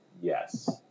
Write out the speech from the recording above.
Yes